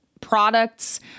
products